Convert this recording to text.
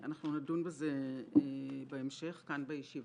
אנחנו נדון בזה בהמשך כאן בישיבה.